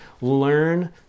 Learn